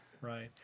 right